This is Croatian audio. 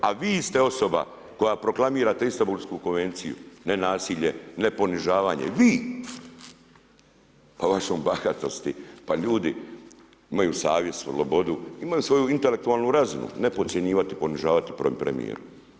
A vi ste osoba koja proklamirate Istanbuslku konvenciju, nenasilje, ne ponižavanje, vi s vašom bahatosti, pa ljudi imaju savjest, slobodu, imaju svoju intelektualnu razinu, ne podcjenjivati, ponižavati premjera.